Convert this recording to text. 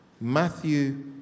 Matthew